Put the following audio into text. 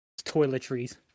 Toiletries